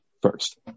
first